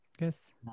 Yes